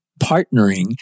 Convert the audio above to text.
partnering